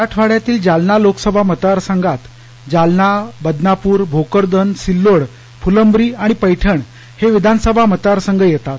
मराठवाङ्यातील जालना लोकसभा मतदार संघात जालना बदनापूर भोकरदन सिल्लोड फुलंब्री आणि पर्छण हे विधान सभा मतदार संघ येतात